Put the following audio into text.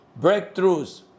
breakthroughs